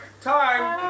time